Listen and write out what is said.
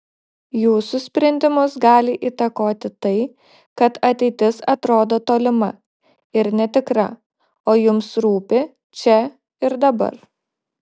jūsų sprendimus gali įtakoti tai kad ateitis atrodo tolima ir netikra o jums rūpi čia ir dabar